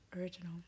original